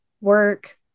work